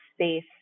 space